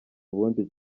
ubundi